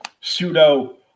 pseudo